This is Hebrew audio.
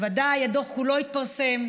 בוודאי, הדוח כולו יתפרסם.